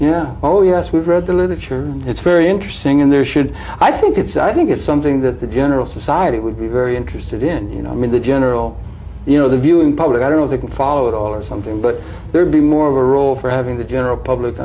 know oh yes we've read the literature and it's very interesting and there should i think it's i think it's something that the general society would be very interested in you know i mean the general you know the viewing public i don't know if you can follow it all or something but there would be more of a role for having the general public